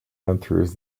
enters